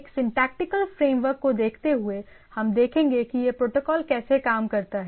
एक syntactical framework को देखते हुए हम देखेंगे कि यह प्रोटोकॉल कैसे काम करता है